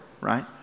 right